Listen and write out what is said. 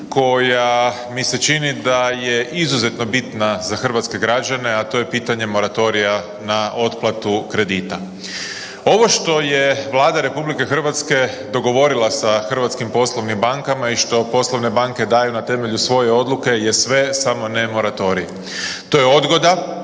koja mi se čini da je izuzetno bitna za hrvatske građane, a to je pitanje moratorija na otplatu kredita. Ovo što je Vlada RH dogovorila sa hrvatskim poslovnim bankama i što poslovne banke daju na temelju svoje odluke je sve samo ne moratorij. To je odgoda,